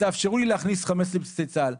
ותאפשרו לי להכניס חמץ לבסיסי צה"ל.